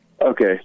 Okay